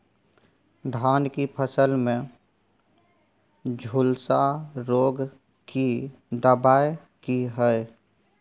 धान की फसल में झुलसा रोग की दबाय की हय?